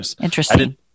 Interesting